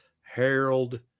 Harold